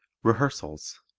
rehearsals